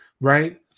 right